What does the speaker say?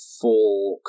full